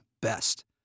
best